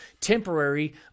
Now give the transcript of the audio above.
temporary